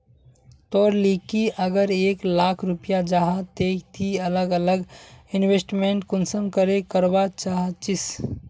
तोर लिकी अगर एक लाख रुपया जाहा ते ती अलग अलग इन्वेस्टमेंट कुंसम करे करवा चाहचिस?